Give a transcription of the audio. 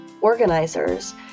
organizers